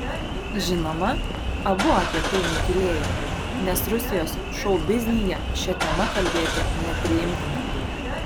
žinoma abu apie tai nutylėjo nes rusijos šou biznyje šia tema kalbėti nepriimtina